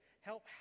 help